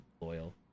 loyal